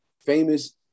Famous